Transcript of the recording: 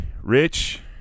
Rich